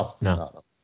No